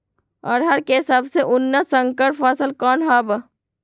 अरहर के सबसे उन्नत संकर फसल कौन हव?